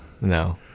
no